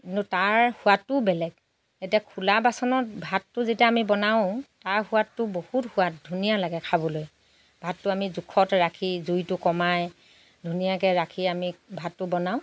কিন্তু তাৰ সোৱাদটো বেলেগ এতিয়া খোলা বাচনত ভাতটো যেতিয়া আমি বনাওঁ তাৰ সোৱাদটো বহুত সোৱাদ ধুনীয়া লাগে খাবলৈ ভাতটো আমি জোখত ৰাখি জুইটো কমাই ধুনীয়াকৈ ৰাখি আমি ভাতটো বনাওঁ